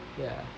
ya